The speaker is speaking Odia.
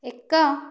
ଏକ